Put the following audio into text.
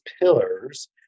pillars